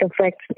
affects